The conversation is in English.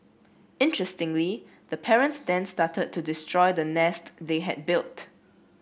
interestingly the parents then started to destroy the nest they had built